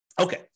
Okay